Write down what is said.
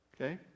Okay